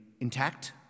intact